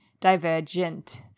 Divergent